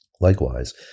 Likewise